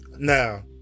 now